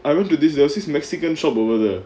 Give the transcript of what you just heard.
I went to this there's this mexican shop over there